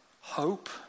hope